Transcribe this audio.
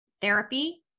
therapy